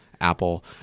apple